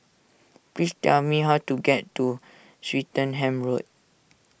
please tell me how to get to Swettenham Road